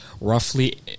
roughly